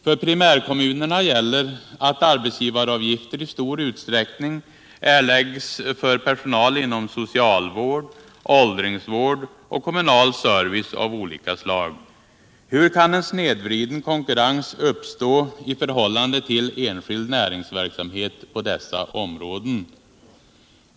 För primärkommunerna gäller att arbetsgivaravgifter i stor utsträckning erläggs för personal inom socialvård, åldringsvård och kommunal service av olika slag. Hur kan en snedvriden konkurrens uppstå i förhållande till ”enskild näringsverksamhet” på dessa områden?